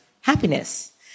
happiness